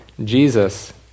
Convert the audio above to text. Jesus